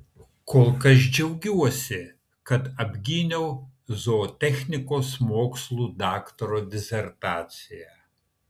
kol kas džiaugiuosi kad apgyniau zootechnikos mokslų daktaro disertaciją